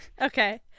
okay